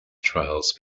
trials